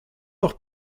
auch